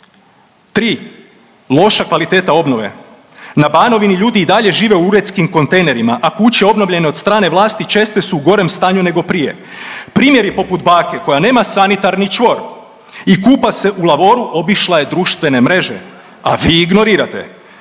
loša kvaliteta obnove. Na Banovini ljudi i dalje žive u uredskim kontejnerima, a kuće obnovljene od strane vlasti često su u gorem stanju nego prije. Primjeri poput bake koja nema sanitarni čvor i kupa se u lavoru obišla je društvene mreže, a vi ignorirate.